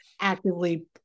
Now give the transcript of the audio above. actively